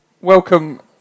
Welcome